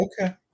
Okay